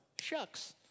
Shucks